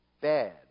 bad